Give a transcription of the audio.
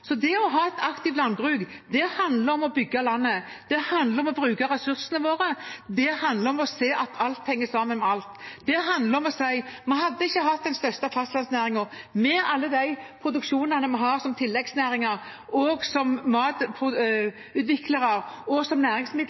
Så det å ha et aktivt landbruk handler om å bygge landet, det handler om å bruke ressursene våre, det handler om å se at alt henger sammen med alt. Det handler om å si at vi hadde ikke hatt den største fastlandsnæringen, med alle produksjonene vi har som tilleggsnæringer, som matutviklere og som